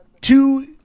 two